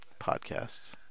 podcasts